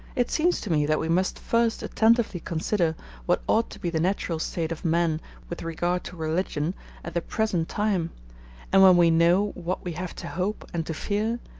it seems to me that we must first attentively consider what ought to be the natural state of men with regard to religion at the present time and when we know what we have to hope and to fear,